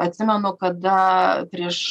atsimenu kada prieš